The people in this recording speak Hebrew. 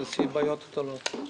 גרם לבעיות גדולות.